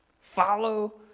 Follow